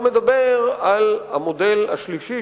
לא מדבר על המודל השלישי,